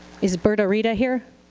is burta rita here?